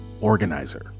organizer